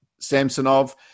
Samsonov